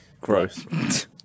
Gross